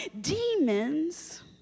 Demons